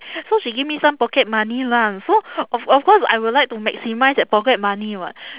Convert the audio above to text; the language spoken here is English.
so she give me some pocket money lah so of of course I will like to maximise that pocket money [what]